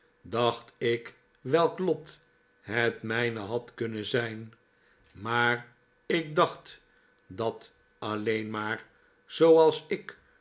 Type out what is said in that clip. dacht ik welk lot het mijne had kunnen zijn maar ik dacht dat alleen maar zooals ik